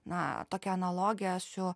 na tokią analogiją su